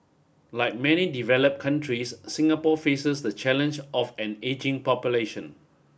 like many develop countries Singapore faces the challenge of an ageing population